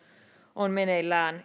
on meneillään